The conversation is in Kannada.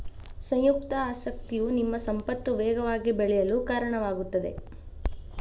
ಸಂಯುಕ್ತ ಆಸಕ್ತಿಯು ನಿಮ್ಮ ಸಂಪತ್ತು ವೇಗವಾಗಿ ಬೆಳೆಯಲು ಕಾರಣವಾಗುತ್ತದೆ